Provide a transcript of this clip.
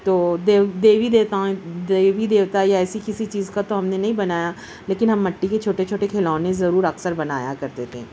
تو دیو دیوی دیوتاؤں دیوی دیوتا یا ایسی کسی چیز کا تو ہم نے نہیں بنایا لیکن ہم مٹی کے چھوٹے چھوٹے کھلونے ضرور اکثر بنایا کرتے تھے